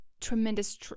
tremendous